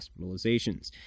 hospitalizations